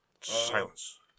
Silence